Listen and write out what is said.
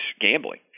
gambling